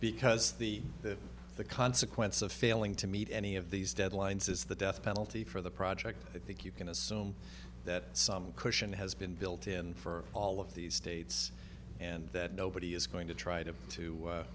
because the the the consequence of failing to meet any of these deadlines is the death penalty for the project i think you can assume that some cushion has been built in for all of these states and that nobody is going to try to to